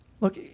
look